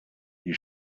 you